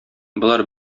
болар